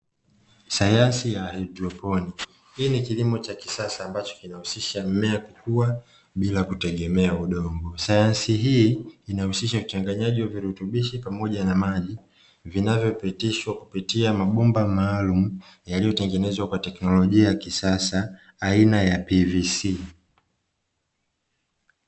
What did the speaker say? Sayansi ya haidroponi, hii ni kilimo cha kisasa ambacho kinahusisha mmea kukua bila kutegemea udongo. Sayansi hii inahusisha uchanganyaji wa virutubishi pamoja na maji vinavyopitishwa kupitia mabomba maalumu, yaliyo tengenezwa kwa teknolojia ya kisasa aina ya pvc.